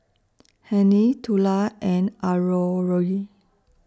Hennie Tula and Aurore